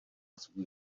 svůj